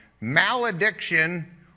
Malediction